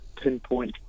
pinpoint